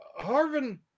Harvin